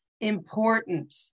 important